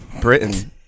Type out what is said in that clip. Britain